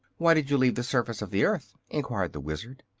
why did you leave the surface of the earth? enquired the wizard.